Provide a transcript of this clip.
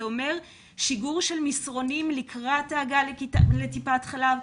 זה אומר שיגור של מסרונים לקראת ההגעה לטיפת חלב,